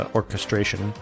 orchestration